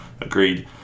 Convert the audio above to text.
Agreed